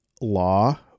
law